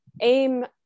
aim